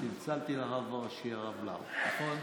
צלצלתי לרב הראשי הרב לאו, נכון.